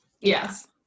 Yes